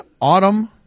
autumn